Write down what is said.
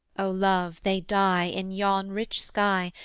o love, they die in yon rich sky,